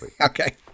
Okay